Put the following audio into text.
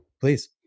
Please